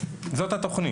טוב.